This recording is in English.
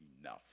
enough